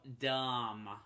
dumb